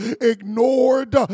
ignored